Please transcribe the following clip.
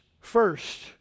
first